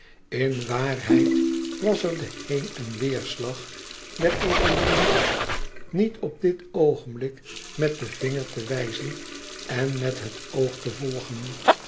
in waarheid was er de heen en weérslag e ids aargang evolutie s niet op dit oogenblik met den vinger te wijzen en met het oog te volgen